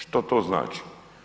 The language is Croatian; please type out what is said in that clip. Što to znači?